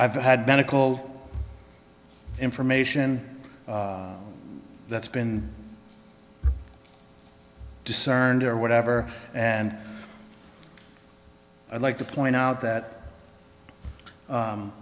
i've had medical information that's been discerned or whatever and i'd like to point out that